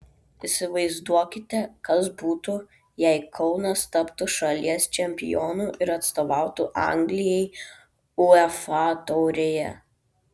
įsivaizduokite kas būtų jei kaunas taptų šalies čempionu ir atstovautų anglijai uefa taurėje